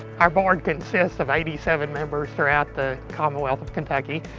our board consists of eighty seven members throughout the commonwealth of kentucky.